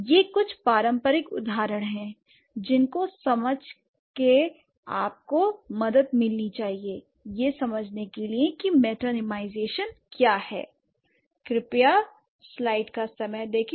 ये कुछ पारंपरिक उदाहरण हैं जिन को समझ के आपको मदद मिलने चाहिए यह समझने के लिए कि मेटानीमाईजेशन क्या है